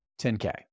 10K